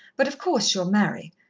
but of course she'll marry.